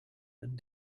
and